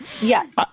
Yes